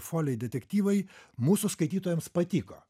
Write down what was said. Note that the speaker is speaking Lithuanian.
folei detektyvai mūsų skaitytojams patiko